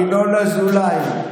ינון אזולאי,